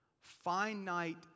Finite